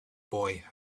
boy